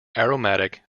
aromatic